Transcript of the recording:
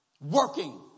Working